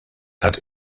hat